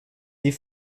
die